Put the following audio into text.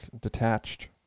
detached